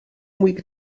week